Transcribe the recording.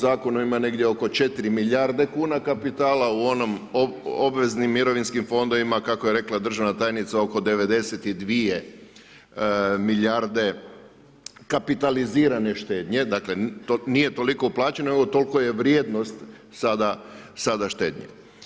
zakonu ima negdje oko 4 milijarde kuna kapitala, u onim obveznim mirovinskim fondovima kako je rekla državna tajnica oko 92 milijarde kapitalizirane štednje, dakle nije toliko uplaćeno, evo tolika je vrijednost sada štednje.